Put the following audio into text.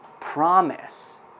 promise